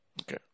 Okay